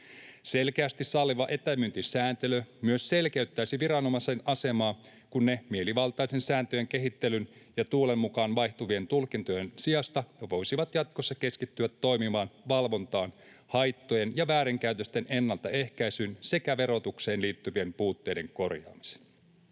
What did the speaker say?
Selkeästi salliva etämyyntisääntely myös selkeyttäisi viranomaisten asemaa, kun ne mielivaltaisten sääntöjen kehittelyn ja tuulen mukaan vaihtuvien tulkintojen sijasta voisivat jatkossa keskittyä toimivaan valvontaan, haittojen ja väärinkäytösten ennaltaehkäisyyn sekä verotukseen liittyvien puutteiden korjaamiseen.